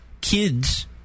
kids